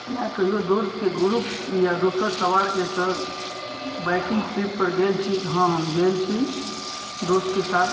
कि अहाँ कहियौ दोस्तके ग्रुप या दोसर सवारके सँग बाइकिंग ट्रिपपर गेल छी हँ हम गेल छी दोस्तके साथ